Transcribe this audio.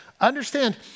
understand